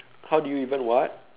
how did you even what